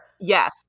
yes